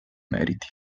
meriti